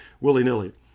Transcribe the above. willy-nilly